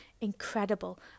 incredible